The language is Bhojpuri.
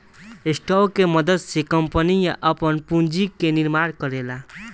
स्टॉक के मदद से कंपनियां आपन पूंजी के निर्माण करेला